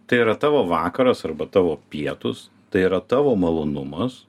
tai yra tavo vakaras arba tavo pietūs tai yra tavo malonumas